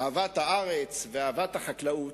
אהבת הארץ ואהבת החקלאות.